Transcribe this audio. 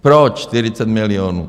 Proč 40 milionů?